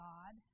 God